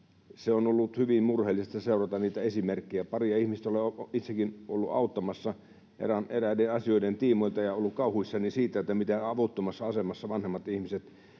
On ollut hyvin murheellista seurata niitä esimerkkejä. Paria ihmistä olen itsekin ollut auttamassa eräiden asioiden tiimoilta ja ollut kauhuissani siitä, miten avuttomassa asemassa vanhemmat ihmiset